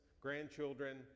grandchildren